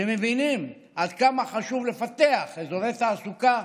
שמבינים עד כמה חשוב לפתח אזורי תעסוקה,